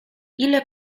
ile